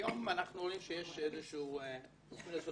היום אנחנו רואים שיש איזשהו שינוי,